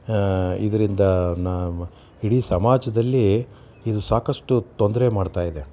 ಇದರಿಂದ ನಾವು ಇಡೀ ಸಮಾಜದಲ್ಲಿ ಇದು ಸಾಕಷ್ಟು ತೊಂದರೆ ಮಾಡ್ತಾಯಿದೆ